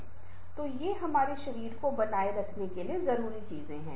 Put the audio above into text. तो ये हमारे शरीर को बनाए रखने के लिए जरूरी चीजें हैं